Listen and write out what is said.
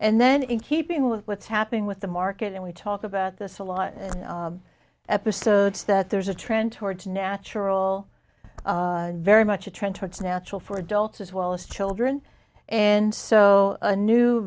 and then in keeping with what's happening with the market and we talk about this a lot episodes that there's a trend towards natural very much a trend towards natural for adults as well as children and so a new